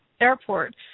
Airport